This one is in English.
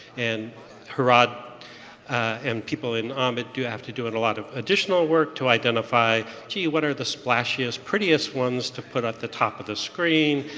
and hirad and people in ahmed do have to do a lot of additional work to identify, gee, what are the splashiest, prettiest ones to put at the top of the screen?